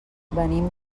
venim